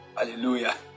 Hallelujah